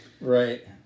right